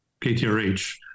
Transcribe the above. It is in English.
KTRH